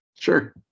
Sure